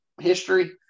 history